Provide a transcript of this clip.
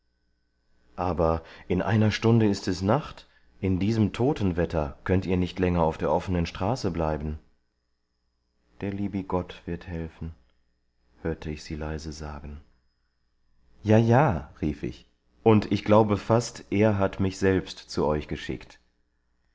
aber in einer stunde ist es nacht in diesem totenwetter könnt ihr nicht länger auf der offenen straße bleiben der liebi gott wird helfen hörte ich sie leise sagen ja ja rief ich und ich glaube fast er hat mich selbst zu euch geschickt